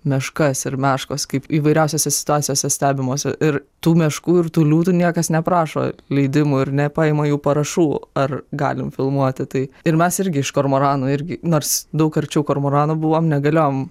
meškas ir meškos kaip įvairiausiose situacijose stebimos ir tų meškų ir tų liūtų niekas neprašo leidimų ir nepaima jų parašų ar galim filmuoti tai ir mes irgi iš kormoranų irgi nors daug arčiau kormoranų buvom negalėjom